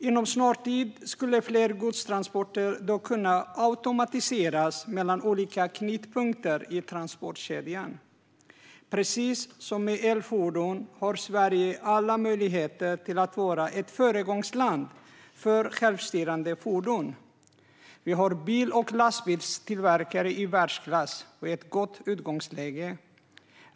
Inom en snar framtid skulle fler godstransporter då kunna automatiseras mellan olika knytpunkter i transportkedjan. Precis som när det gäller elfordon har Sverige alla möjligheter att vara ett föregångsland för självstyrande fordon. Vi har bil och lastbilstillverkare i världsklass och ett gott utgångsläge.